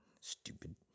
Stupid